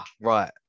Right